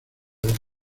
del